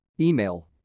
Email